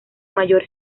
mayor